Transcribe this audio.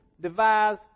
devise